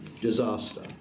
disaster